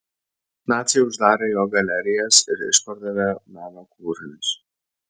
naciai uždarė jo galerijas ir išpardavė meno kūrinius